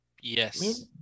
yes